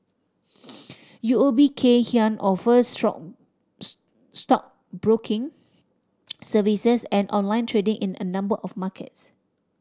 U O B Kay Hian offers strong stockbroking services and online trading in a number of markets